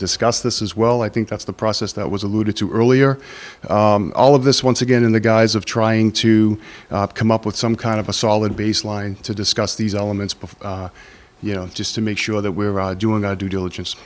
discuss this is well i think that's the process that was alluded to earlier all of this once again in the guise of trying to come up with some kind of a solid baseline to discuss these elements before you know just to make sure that we're doing our due diligence